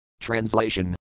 Translation